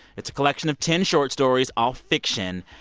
it's a collection of ten short stories, all fiction.